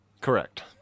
Correct